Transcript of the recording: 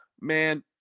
Man